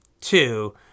two